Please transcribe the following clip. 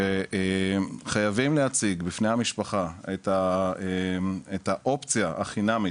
שחייבים להציג בפני המשפחה את האופציה החינמית,